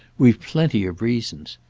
we've plenty of reasons,